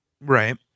Right